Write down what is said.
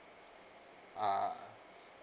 ah